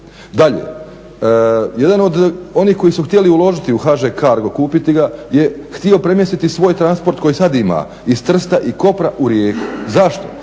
Dalje, jedan od onih koji su htjeli uložiti u HŽ kargo, kupiti ga, je htio premjestiti svoj transport koji sad ima, iz Trsta i Kopra u Rijeku, zašto?